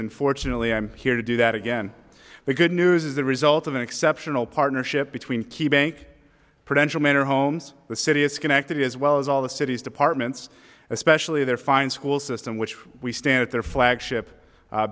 unfortunately i'm here to do that again the good news is the result of an exceptional partnership between key bank potential mentor homes the city of schenectady as well as all the city's departments especially their fine school system which we stand at their flagship